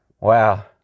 Wow